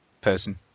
person